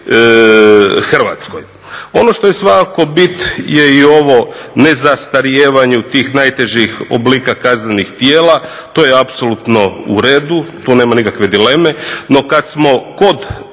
u RH. Ono što je svakako bit je i ovo nezastarijevanje tih najtežih oblika kaznenih djela. To je apsolutno u redu, tu nema nikakve dileme. No kad smo kod